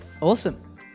Awesome